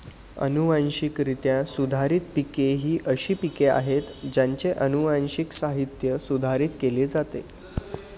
अनुवांशिकरित्या सुधारित पिके ही अशी पिके आहेत ज्यांचे अनुवांशिक साहित्य सुधारित केले जाते